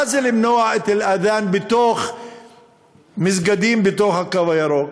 מה זה למנוע את אל-אד'אן בתוך מסגדים בתוך הקו הירוק?